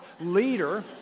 leader